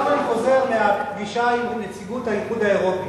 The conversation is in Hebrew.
עכשיו אני חוזר מהפגישה עם נציגות האיחוד האירופי.